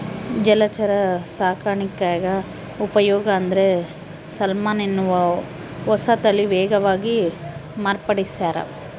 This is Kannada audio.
ಜಲಚರ ಸಾಕಾಣಿಕ್ಯಾಗ ಉಪಯೋಗ ಅಂದ್ರೆ ಸಾಲ್ಮನ್ ಎನ್ನುವ ಹೊಸತಳಿ ವೇಗವಾಗಿ ಮಾರ್ಪಡಿಸ್ಯಾರ